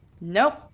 nope